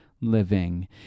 living